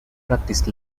practiced